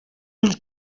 ulls